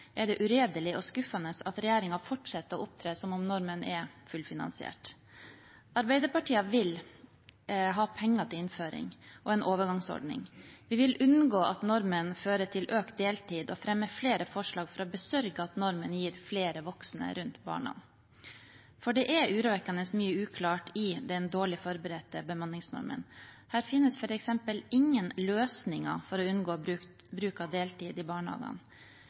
er det uredelig og skuffende at regjeringen fortsetter å opptre som om normen er fullfinansiert. Arbeiderpartiet vil ha penger til innføring og en overgangsordning. Vi vil unngå at normen fører til økt deltid og fremmer flere forslag for å besørge at normen gir flere voksne rundt barna, for det er urovekkende mye uklart i den dårlig forberedte bemanningsnormen. Det finnes f.eks. ingen løsninger for å unngå bruk av deltid i barnehagene.